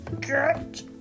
Get